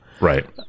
Right